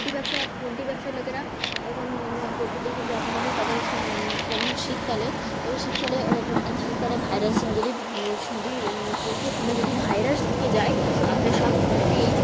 poultry ব্যবসা poultry ব্যবসায় লোকেরা এরকম পোলট্রিদের খুব যত্ন করে তাদের যেমন শীতকালে যেমন শীতকালে একটা শীতকালে ভাইরাস যদি যদি পোলট্রি ফার্মে যদি ভাইরাস ঢুকে যায় তাহলে সব পোলট্রি